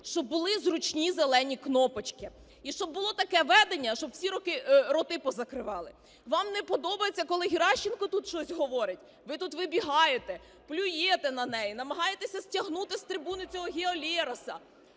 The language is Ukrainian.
щоб були зручні зелені кнопочки. І щоб було таке ведення, щоб всі роти позакривали. Вам не подобається, коли Геращенко тут щось говорить? Ви тут вибігаєте, плюєте на неї, намагаєтеся стягнути з трибуни цього Гео Лероса.